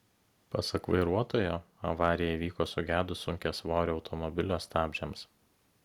pasak vairuotojo avarija įvyko sugedus sunkiasvorio automobilio stabdžiams